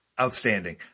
outstanding